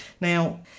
now